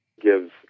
gives